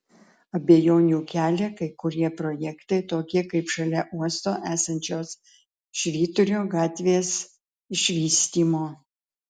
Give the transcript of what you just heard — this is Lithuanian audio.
abejonių kelia kai kurie projektai tokie kaip šalia uosto esančios švyturio gatvės išvystymo